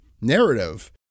narrative